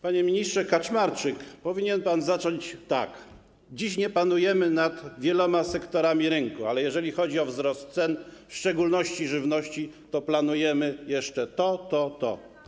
Panie ministrze Kaczmarczyk, powinien pan zacząć tak: Dziś nie panujemy nad wieloma sektorami rynku, ale jeżeli chodzi o wzrost cen, w szczególności żywności, to planujemy jeszcze to, to i to.